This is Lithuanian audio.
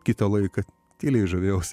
kitą laiką tyliai žavėjausi